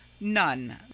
None